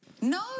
No